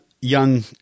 young